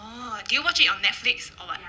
oh do you watch it on Netflix or what